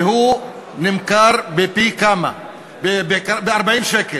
והוא נמכר בפי-כמה, ב-40 שקל.